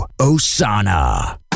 Osana